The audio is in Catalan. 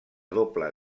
doble